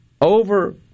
over